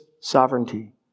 sovereignty